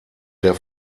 der